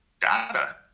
data